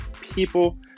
people